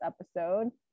episode